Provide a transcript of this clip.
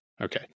Okay